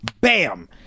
bam